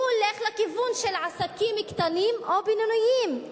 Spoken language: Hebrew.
הוא הולך לכיוון של עסקים קטנים או בינוניים,